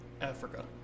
Africa